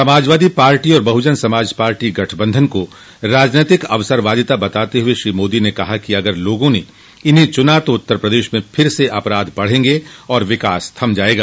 Samajwadi party और Bahujan Samaj party गठबंधन को राजनीतिक अवसरवादिता बताते हुए श्री मोदी ने कहा कि अगर लोगों ने इन्हें चुना तो उत्तर प्रदेश में फिर से अपराध बढ़ेंगे और विकास थम जाएगा